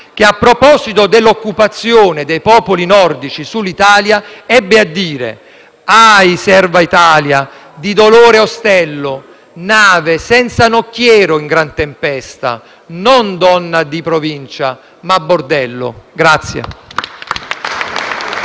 che, a proposito dell'occupazione dei popoli nordici sull'Italia, ebbe a dire: «Ahi serva Italia, di dolore ostello, nave senza nocchiere in gran tempesta, non donna di provincie, ma bordello».